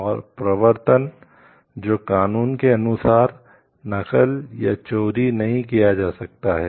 और प्रवर्तन जो कानून के अनुसार नकल या चोरी नहीं किया जा सकता है